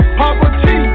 poverty